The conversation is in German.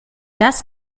das